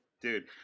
Dude